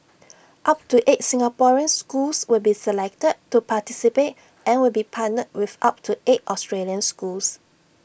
up to eight Singaporean schools will be selected to participate and will be partnered with up to eight Australian schools